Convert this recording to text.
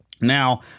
Now